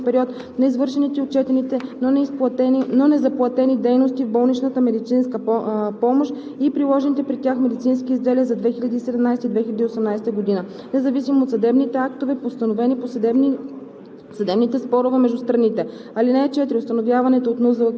на изпълнителите на болнична медицинска помощ, които имат сключени договори с НЗОК за съответния период на извършените и отчетените, но незаплатени дейности в болничната медицинска помощ и приложените при тях медицински изделия за 2017-а и 2018 г., независимо от съдебните актове, постановени по съдебните